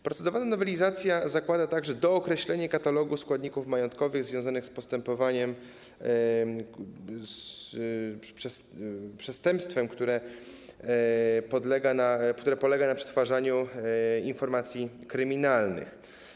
Procedowana nowelizacja zakłada także dookreślenie katalogu składników majątkowych związanych z postępowaniem, przestępstwem, które polega na przetwarzaniu informacji kryminalnych.